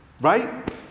Right